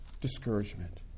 discouragement